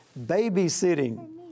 babysitting